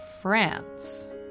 France